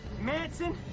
Manson